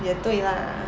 也对 lah